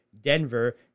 Denver